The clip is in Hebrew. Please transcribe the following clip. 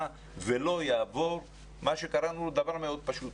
ולא יעבור מה שקראנו לו דבר מאוד פשוט,